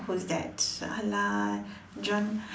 who is that uh I like John